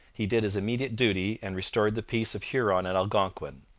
he did his immediate duty and restored the peace of huron and algonquin.